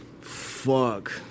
Fuck